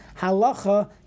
Halacha